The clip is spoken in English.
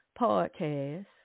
podcast